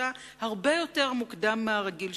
בשלמותה הרבה יותר מוקדם מהרגיל.